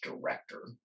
director